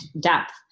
depth